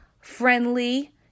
friendly